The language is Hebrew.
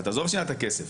תעזוב שנייה את הכסף.